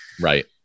Right